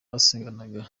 basenganaga